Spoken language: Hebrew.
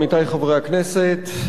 עמיתי חברי הכנסת,